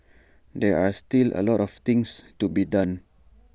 there are still A lot of things to be done